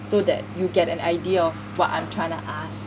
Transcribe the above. so that you get an idea of what I'm trying to ask